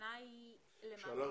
הכוונה היא למעשה לאפשר ל --- שאנחנו